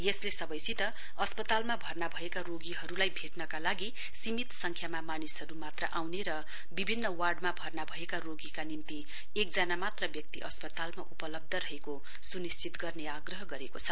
यसले सबैसित अस्पतालमा भर्ना भएका रोगीहरूलाई भेट्नका लागि सीमित संख्यामा मानिसहरू मात्र आउने र विभिन्न वार्डमा भर्ना भएका रोगीका निम्ति एकजना व्यक्ति अस्पतालमा उपलब्ध रहेको सुनिश्चित गर्ने आग्रह गरेको छ